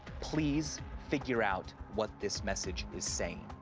please figure out what this message is saying.